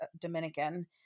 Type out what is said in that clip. Dominican